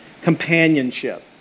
Companionship